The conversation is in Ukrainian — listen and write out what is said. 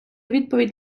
відповідь